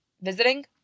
Visiting